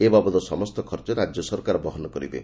ଏ ବାବଦ ସମ୍ଠ ଖର୍ଚ୍ଚ ରାଜ୍ୟ ସରକାର ବହନ କରିବେ